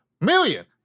million